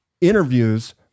interviews